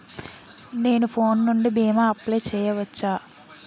నేను ఫోన్ నుండి భీమా అప్లయ్ చేయవచ్చా?